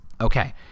Okay